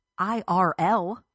IRL